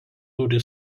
turi